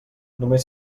només